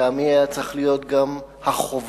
לטעמי היה צריך להיות גם החובה,